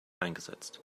eingesetzt